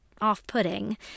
off-putting